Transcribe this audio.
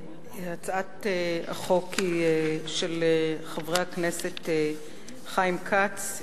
הצעת החוק היא של חברי הכנסת חיים כץ,